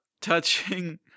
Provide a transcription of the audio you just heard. touching